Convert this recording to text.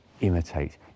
imitate